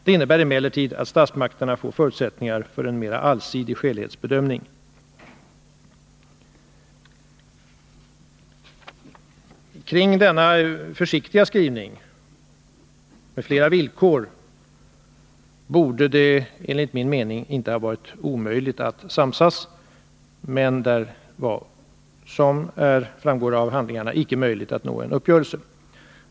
Det innebär emellertid att statsmakterna får förutsättningar för en mera allsidig skälighetsbedömning ——=—.” Kring denna försiktiga skrivning — med flera villkor — borde det, enligt min mening, inte ha varit omöjligt att samsas. Men som framgår av handlingarna var det icke möjligt att nå en uppgörelse.